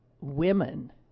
women